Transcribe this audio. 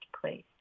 place